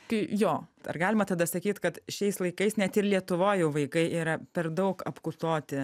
tai jo ar galima tada sakyt kad šiais laikais net ir lietuvoj jau vaikai yra per daug apkutoti